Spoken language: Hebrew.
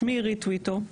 שמי אירית טויטו,